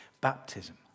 baptism